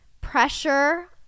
pressure